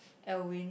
Elwin